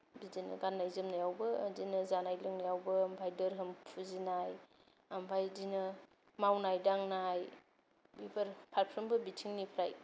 बिदिनो गाननाय जोमनायावबो इबिनो जानाय लोंनायावबो ओमफाय दोरहोम फुजिनाय ओमफाय इदिनो मावनाय दांनाय बेफोर फारफ्रोमबो बिथिंनिफ्राय